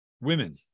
Women